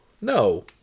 No